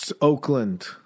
Oakland